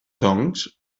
doncs